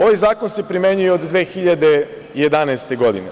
Ovaj zakon se primenjuje od 2011. godine.